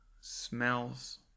smells